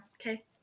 Okay